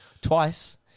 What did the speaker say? Twice